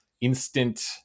instant